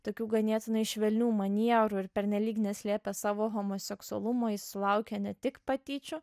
tokių ganėtinai švelnių manierų ir pernelyg neslėpęs savo homoseksualumo jis sulaukė ne tik patyčių